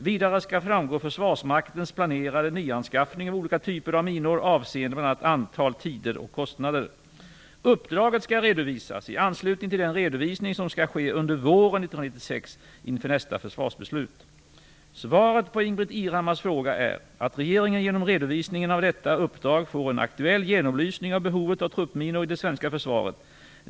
Vidare skall framgå Försvarsmaktens planerade nyanskaffning av olika typer av minor avseende bl.a. antal, tider och kostnader. Uppdraget skall redovisas i anslutning till den redovisning som skall ske under våren 1996 inför nästa försvarsbeslut. Svaret på Ingbritt Irhammars fråga är att regeringen genom redovisningen av detta uppdrag får en aktuell genomlysning av behovet av truppminor i det svenska försvaret.